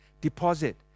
Deposit